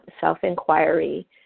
self-inquiry